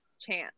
chance